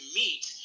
meet